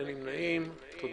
אין נמנעים אין בקשת הממשלה אושרה.